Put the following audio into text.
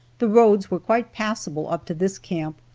the roads were quite passable up to this camp,